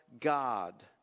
God